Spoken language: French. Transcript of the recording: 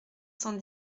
cent